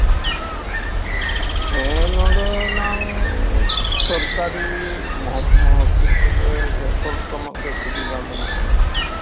ᱦᱮᱸ ᱱᱚᱸᱰᱮᱱᱟᱝ ᱥᱚᱨᱠᱟᱨᱤ ᱢᱚᱦᱚᱠᱩᱢᱟ ᱦᱚᱥᱯᱤᱴᱟᱞ ᱨᱮ ᱡᱚᱛᱚ ᱨᱚᱠᱚᱢᱟᱜ ᱜᱮ ᱥᱩᱵᱤᱫᱟ ᱢᱮᱱᱟᱜᱼᱟ